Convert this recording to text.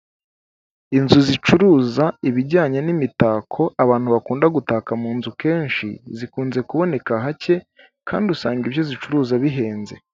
Inzu zicuruza ibijyanye n'imitako abantu bakunda gutaka mu nzu kenshi zikunze kuboneka hake kandi usanga ibyo zicuruza bihenze.